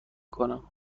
کنم